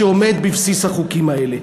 שעומד בבסיס החוקים האלה,